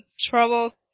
trouble